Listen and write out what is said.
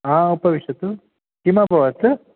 हा उपविशतु किम् अभवत्